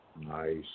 nice